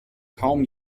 kaum